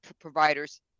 providers